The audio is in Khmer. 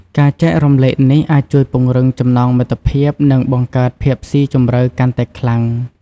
ការចែករំលែកនេះអាចជួយពង្រឹងចំណងមិត្តភាព និងបង្កើតភាពស៊ីជម្រៅកាន់តែខ្លាំង។